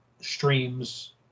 streams